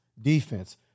defense